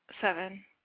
seven